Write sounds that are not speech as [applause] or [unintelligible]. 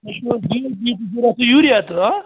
تۄہہِ چھُ وۅنۍ [unintelligible] تہِ ضروٗرت تہٕ یوٗریا تہِ آ